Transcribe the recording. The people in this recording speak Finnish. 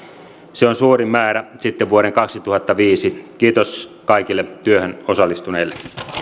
se on suurin määrä sitten vuoden kaksituhattaviisi kiitos kaikille työhön osallistuneille